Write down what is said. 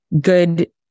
good